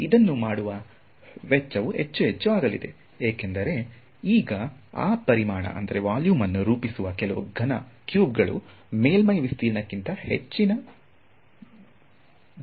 ಇದನ್ನು ಮಾಡುವ ವೆಚ್ಚವು ಹೆಚ್ಚು ಹೆಚ್ಚು ಆಗಲಿದೆ ಏಕೆಂದರೆ ಈಗ ಆ ಪರಿಮಾಣವೊಲ್ಯೂಮ್ವನ್ನು ರೂಪಿಸುವ ಕೆಲವು ಘನ ಕ್ಯೂಬ್ ಗಳು ಮೇಲ್ಮೈ ವಿಸ್ತೀರ್ಣಕ್ಕಿಂತ ಹೆಚ್ಚಿನ ದರದಲ್ಲಿ ಹೆಚ್ಚುತ್ತಿವೆ